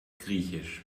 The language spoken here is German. griechisch